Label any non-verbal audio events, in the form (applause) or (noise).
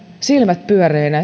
silmät pyöreinä (unintelligible)